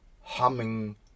humming